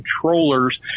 controllers